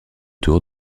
tour